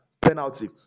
Penalty